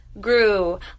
Grew